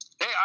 hey